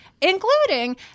including